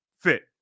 fit